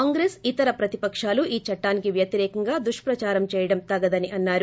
కాంగ్రెస్ ఇతర ప్రతిపకాలు ఈ చట్టానికి వ్యతిరేకంగా దుష్పచారం చేయడం తగదని అన్నారు